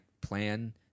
Plan